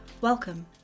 Welcome